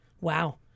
Wow